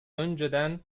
önceden